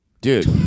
Dude